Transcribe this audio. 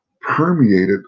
permeated